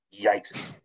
yikes